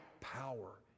power